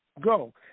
go